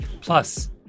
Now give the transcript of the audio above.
Plus